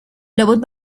لابد